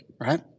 right